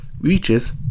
reaches